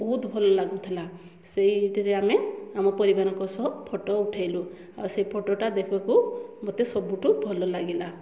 ବହୁତ ଭଲ ଲାଗୁଥିଲା ସେଇଥିରେ ଆମେ ଆମ ପରିବାରଙ୍କ ସହ ଫଟୋ ଉଠାଇଲୁ ଆଉ ସେଇ ଫଟୋଟା ଦେଖିବାକୁ ମୋତେ ସବୁଠୁ ଭଲ ଲାଗିଲା